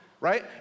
right